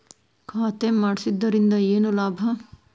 ಖಾತೆ ಮಾಡಿಸಿದ್ದರಿಂದ ಏನು ಲಾಭ?